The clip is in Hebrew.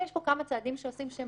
יש פה כמה צעדים שעושים שהם